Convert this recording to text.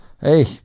hey